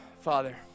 Father